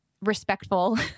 respectful